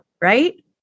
right